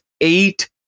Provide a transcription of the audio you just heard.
eight